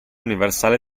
universale